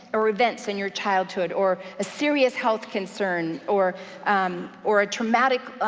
or events in your childhood, or a serious health concern, or um or a traumatic,